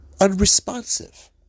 unresponsive